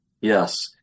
Yes